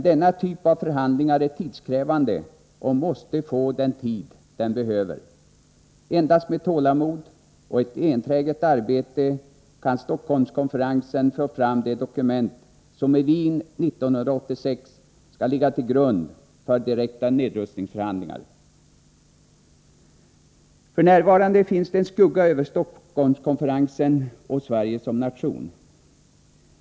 Denna typ av förhandlingar är tidskrävande och måste få den tid de behöver. Endast med tålamod och ett enträget arbete kan Stockholmskonferensen få fram det dokument som i Wien 1986 skall ligga till grund för direkta nedrustningsförhandlingar. F.n. finns det en skugga över Stockholmskonferensen och Sverige som nation.